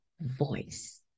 voice